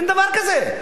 אין דבר כזה.